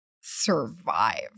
survive